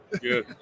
Good